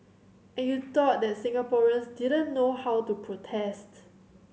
and you thought that Singaporeans didn't know how to protest